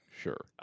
sure